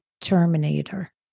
Terminator